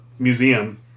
museum